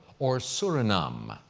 or suriname?